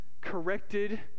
corrected